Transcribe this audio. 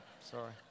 Sorry